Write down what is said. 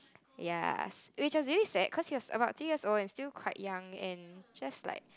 yes which was very sad cause he was about three years old and still quite young and just like